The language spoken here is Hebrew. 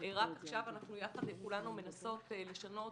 רק עכשיו אנחנו יחד כולנו מנסות לשנות,